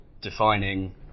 defining